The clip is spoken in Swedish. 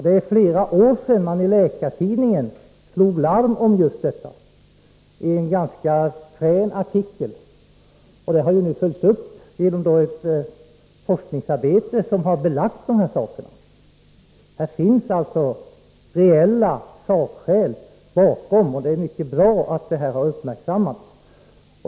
Det är flera år sedan man slog larm i Läkartidningen om just detta i en ganska frän artikel, och den har nu följts upp genom ett forskningsarbete som har klarlagt de här sakerna. Här finns reella sakskäl bakom, och det är mycket bra att det har uppmärksammats.